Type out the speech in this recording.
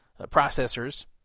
processors